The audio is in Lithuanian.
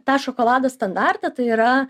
tą šokolado standartą tai yra